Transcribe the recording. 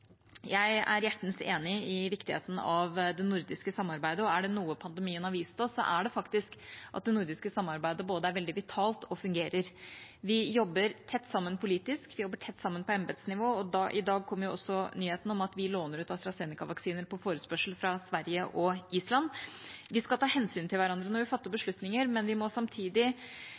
Jeg er hjertens enig i viktigheten av det nordiske samarbeidet, og er det noe pandemien har vist oss, er det faktisk at det nordiske samarbeidet både er veldig vitalt og fungerer. Vi jobber tett sammen politisk, vi jobber tett sammen på embetsnivå, og i dag kom også nyheten om at vi låner ut AstraZeneca-vaksiner på forespørsel fra Sverige og Island. Vi skal ta hensyn til hverandre når vi fatter beslutninger, men vi må samtidig